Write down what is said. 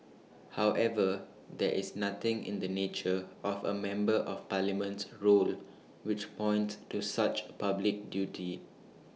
however there is nothing in the nature of A member of Parliament's role which points to such A public duty